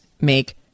make